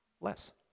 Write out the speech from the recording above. Less